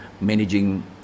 managing